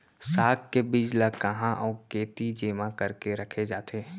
साग के बीज ला कहाँ अऊ केती जेमा करके रखे जाथे?